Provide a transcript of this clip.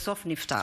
ובסוף נפטר.